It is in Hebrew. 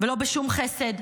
ולא בשום חסד,